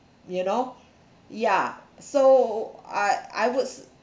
you know ya so I I would